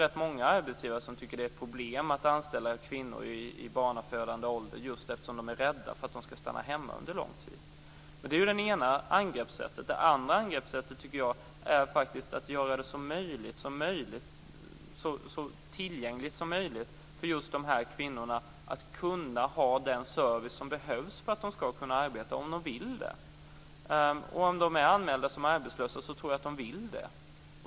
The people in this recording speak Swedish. Rätt många arbetsgivare tycker att det är problematiskt att anställa kvinnor i barnafödande ålder just därför att de är rädda för att de ska stanna hemma under lång tid. Det är det ena angreppssättet. Det andra angreppssättet tycker jag är att göra det möjligt för just dessa kvinnor att få den service som behövs för att de ska kunna arbeta om de vill det. Om de är anmälda som arbetslösa tror jag att de vill det.